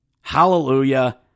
Hallelujah